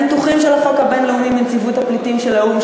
הניתוחים של החוק הבין-לאומי מנציבות הפליטים של האו"ם,